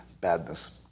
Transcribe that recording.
badness